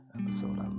episode